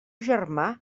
germà